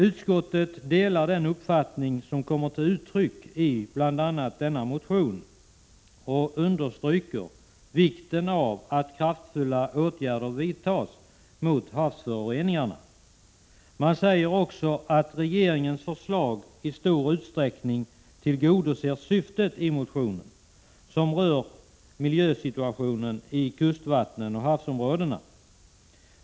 Utskottet delar den uppfattning som kommit till uttryck i bl.a. denna motion och understryker vikten av att kraftfulla åtgärder vidtas mot havsföroreningar. Man säger också att regeringens förslag i stor utsträckning tillgodoser syftet i motionen, som rör miljösituationen i våra kustvatten och havsområden.